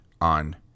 on